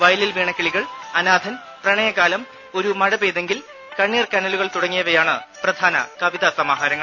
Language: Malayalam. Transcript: വയലിൽ വീണ കിളികൾ അനാഥൻ പ്രണയകാലം ഒരു മഴ പെയ്തെങ്കിൽ കണ്ണീർക്കനലുകൾ തുടങ്ങിയവയാണ് പ്രധാന കവിതാസമാഹാരങ്ങൾ